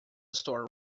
store